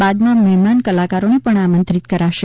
બાદમાં મહેમાન કલાકારોને આમંત્રિત કરાશે